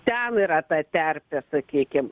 ten yra ta terpė sakykim